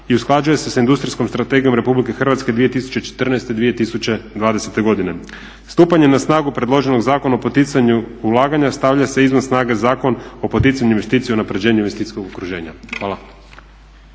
i usklađuje se sa industrijskom strategijom RH 2014.-2020. godine. Stupanjem na snagu predloženog Zakona o poticanju ulaganja stavlja se izvan snage Zakon o poticanju investicija i unaprjeđenju investicijskog okruženja. Hvala.